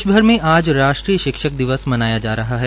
देश में आज राष्ट्रीय शिक्षक दिवस मनाया जा रहा है